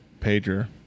pager